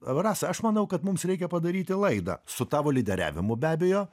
rasa aš manau kad mums reikia padaryti laidą su tavo lyderiavimu be abejo